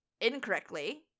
incorrectly